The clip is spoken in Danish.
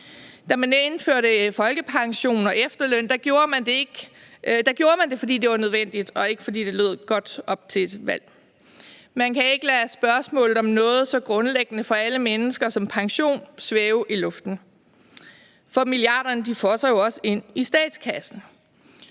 Da man indførte folkepensionen og efterlønnen, gjorde man det, fordi det var nødvendigt, og ikke fordi det lød godt op til et valg. Man kan ikke lade spørgsmålet om noget så grundlæggende for alle mennesker som pension svæve i luften. For milliarderne fosser jo også ind i statskassen,